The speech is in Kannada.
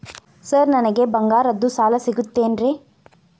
ಸರ್ ನನಗೆ ಬಂಗಾರದ್ದು ಸಾಲ ಸಿಗುತ್ತೇನ್ರೇ?